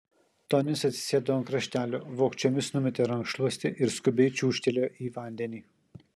tonis atsisėdo ant kraštelio vogčiomis numetė rankšluostį ir skubiai čiūžtelėjo į vandenį